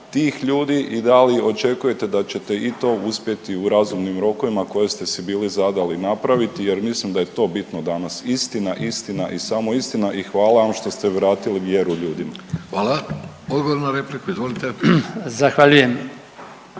Hvala. Odgovor na repliku, izvolite. **Bačić,